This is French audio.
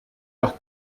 leur